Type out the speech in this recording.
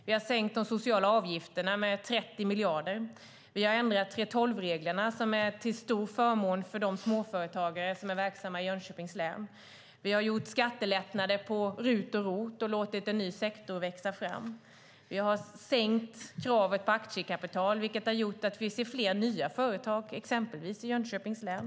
Vi har sänkt de sociala avgifterna med 30 miljarder. Vi har ändrat 3:12-reglerna, till förmån för de småföretagare som är verksamma i Jönköpings län. Vi har åstadkommit skattelättnader genom RUT och ROT-avdragen och låtit en ny sektor växa fram. Vi har sänkt kravet på aktiekapital, vilket gjort att vi ser fler nya företag, exempelvis i Jönköpings län.